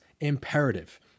imperative